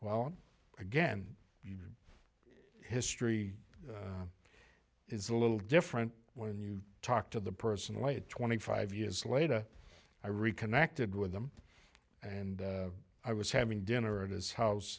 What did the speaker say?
well again history is a little different when you talk to the person like that twenty five years later i reconnected with them and i was having dinner at his house